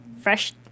fresh